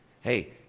Hey